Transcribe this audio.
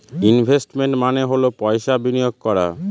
investment মানে হল পয়সা বিনিয়োগ করা